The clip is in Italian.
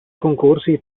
concorsi